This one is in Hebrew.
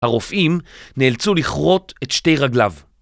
הרופאים נאלצו לכרות את שתי רגליו.